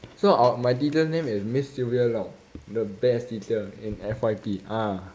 so our my teacher name is miss silva lau the best teacher in F_Y_P ah